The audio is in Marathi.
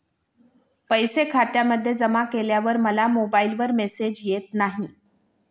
पैसे खात्यामध्ये जमा केल्यावर मला मोबाइलवर मेसेज येत नाही?